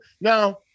now